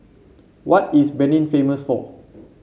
what is Benin famous for